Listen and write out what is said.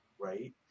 right